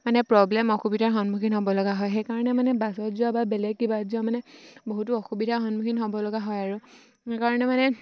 মানে প্ৰব্লেম অসুবিধাৰ সন্মুখীন হ'ব লগা হয় সেইকাৰণে মানে বাছত যোৱা বা বেলেগ কিবা যোৱা মানে বহুতো অসুবিধাৰ সন্মুখীন হ'ব লগা হয় আৰু সেইকাৰণে মানে